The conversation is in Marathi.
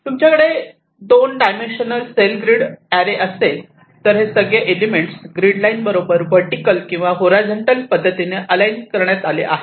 तुमच्याकडे 2 डायमेन्शनल सेल ग्रीड अरे असते तर हे सगळे एलिमेंट्स ग्रिडलाइन्स बरोबर वर्टीकल किंवा होरायझॉन्टल पद्धतीने अलाइन करण्यात आले आहेत